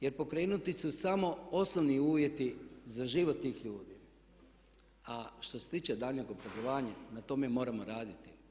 Jer pokrenuti su samo osnovni uvjeti za život tih ljudi a što se tiče daljnjeg obrazovanje, na tome moramo raditi.